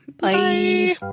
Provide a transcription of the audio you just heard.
Bye